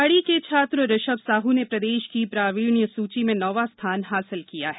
निवाड़ी के छात्र ऋषभ साहू ने प्रदेश की प्रावीण्य सूची में नौवा स्थान हासिल किया है